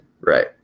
Right